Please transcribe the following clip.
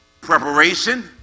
preparation